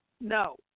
No